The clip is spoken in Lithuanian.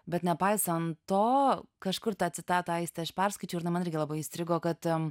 bet nepaisant to kažkur tą citatą aiste aš perskaičiau ir na man irgi labai įstrigo kad